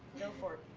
go for it.